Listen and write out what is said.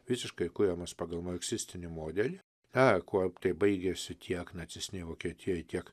visiškai kuriamas pagal marksistinį modelį e kuo tai baigėsi tiek nacistinėj vokietijoj tiek